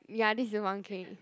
ya this is the one clay